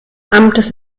amtes